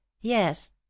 yes